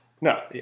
No